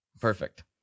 Perfect